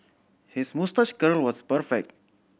his moustache curl was perfect